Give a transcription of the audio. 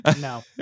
no